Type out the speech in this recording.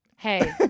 Hey